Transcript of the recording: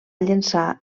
llençar